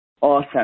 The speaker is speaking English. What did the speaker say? Awesome